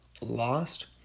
lost